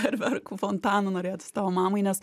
fejerverkų fontanų norėtųsi tavo mamai nes